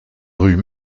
rues